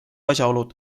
asjaolud